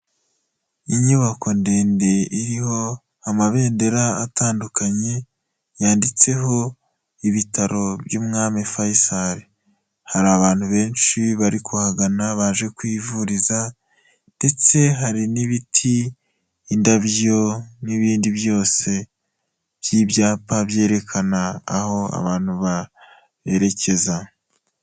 Inyubako ndende iriho amabendera atandukanye yanditseho ibitaro by'umwami Fayisari hari abantu benshi bari kuhagana baje kuhivuriza ndetse hari n'ibiti, indabyo n'ibindi byose by'ibyapa byerekana aho abantu berekeza.